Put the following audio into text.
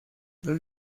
los